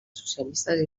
socialistes